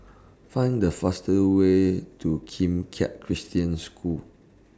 Find The fastest Way to Kim Keat Christian School